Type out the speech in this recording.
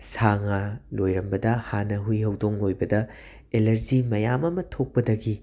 ꯁꯥ ꯉꯥ ꯂꯣꯏꯔꯝꯕꯗ ꯍꯥꯟꯅ ꯍꯨꯏ ꯍꯧꯗꯣꯡ ꯂꯣꯏꯕꯗ ꯑꯦꯂꯔꯖꯤ ꯃꯌꯥꯝ ꯑꯃ ꯊꯣꯛꯄꯗꯒꯤ